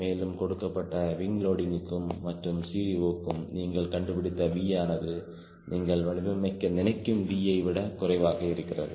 மேலும் கொடுக்கப்பட்ட விங் லோடிங்க்கும் மற்றும் CD0க்கும் நீங்கள் கண்டுபிடித்த V ஆனது நீங்கள் வடிவமைக்க நினைக்கும் V விட குறைவாக இருக்கிறது